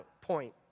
point